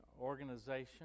organization